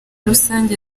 rusange